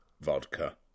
vodka